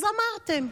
אז אמרתם.